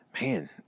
man